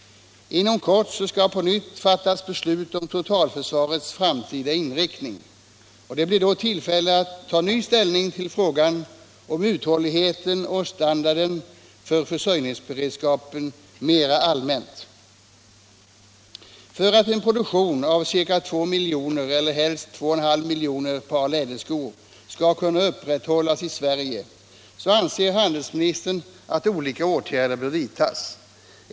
Inom kort skall på nytt fattas beslut om totalförsvarets framtida inriktning. Det blir då tillfälle att ta ny ställning till frågan om uthålligheten och standarden för försörjningsberedskapen mera allmänt. För att en produktion av ca 2 miljoner eller helst 2,5 miljoner par läderskor skall kunna upprätthållas i Sverige anser handelsministern att olika åtgärder bör vidtas.